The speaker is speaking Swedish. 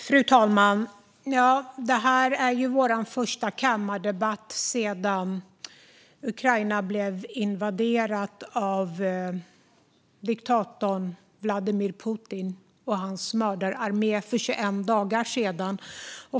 Fru talman! Det här är vår första kammardebatt sedan Ukraina blev invaderat av diktatorn Vladimir Putin och hans mördararmé för 21 dagar sedan.